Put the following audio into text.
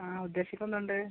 ആ ഉദ്ദേശിക്കുന്നുണ്ട്